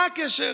מה הקשר?